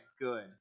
good